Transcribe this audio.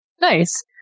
nice